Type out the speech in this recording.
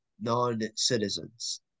non-citizens